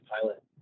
pilot